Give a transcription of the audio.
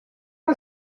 out